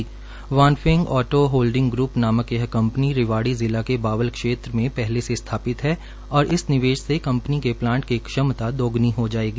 Wanfeng auto holding group नामक यह company Rewari जिला के बावल क्षेत्र में पहले से स्थापित है और इस निवेश से कंपनी के प्लांट की क्षमता दोग्नी हो जाएगी